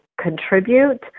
contribute